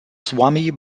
swami